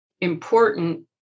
important